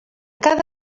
cada